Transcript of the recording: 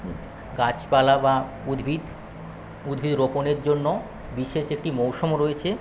গাছপালা বা উদ্ভিদ উদ্ভিদ রোপণের জন্য বিশেষ একটি মৌসম রয়েছে